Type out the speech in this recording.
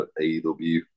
AEW